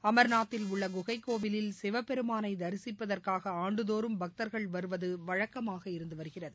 அர்நாத்தில் உள்ள குகைக்கோவிலில் சிவபெருமானை தரிசிப்பதற்காக ஆண்டுதோறும் பக்தர்கள் வருவது வழக்கமாக இருந்து வருகிறது